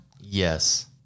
Yes